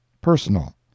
PERSONAL